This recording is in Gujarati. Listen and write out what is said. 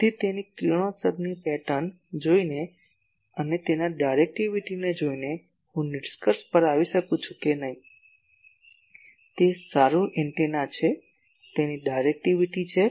તેથી તેની કિરણોત્સર્ગની પેટર્ન જોઈને અને તેના ડાયરેક્ટિવિટીને જોઈને હું નિષ્કર્ષ પર આવી શકું છું કે નહીં તે સારું એન્ટેના છે તેની ડાયરેક્ટિવિટી છે